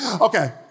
Okay